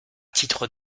titre